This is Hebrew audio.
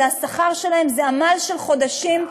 זה השכר שלהם, זה עמל של חודשים.